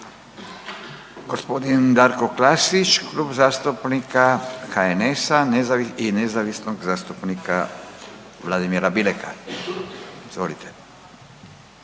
Gospodin Darko Klasić, Klub zastupnika HNS-a i nezavisnog zastupnika Vladimira Bileka. **Klasić,